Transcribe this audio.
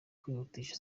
kwihutisha